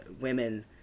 women